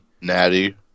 Natty